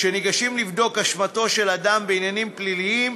כשניגשים לבדוק אשמתו של אדם בעניינים פליליים,